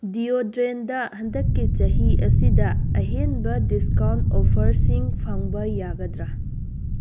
ꯗꯤꯌꯣꯗ꯭ꯔꯦꯟꯗ ꯍꯟꯗꯛꯀꯤ ꯆꯍꯤ ꯑꯁꯤꯗ ꯑꯍꯦꯟꯕ ꯗꯤꯁꯀꯥꯎꯟ ꯑꯣꯐꯔꯁꯤꯡ ꯐꯪꯕ ꯌꯥꯒꯗ꯭ꯔꯥ